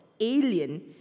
alien